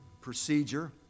procedure